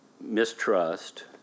mistrust